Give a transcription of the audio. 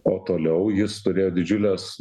o toliau jis turėjo didžiules